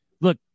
Look